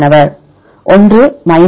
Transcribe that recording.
மாணவர் 1 கழித்தல் 0